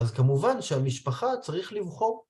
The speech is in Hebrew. אז כמובן שהמשפחה צריך לבחור.